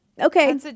Okay